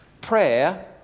prayer